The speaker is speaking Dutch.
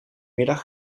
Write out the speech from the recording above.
middag